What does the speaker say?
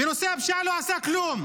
בנושא הפשיעה הוא לא עשה כלום.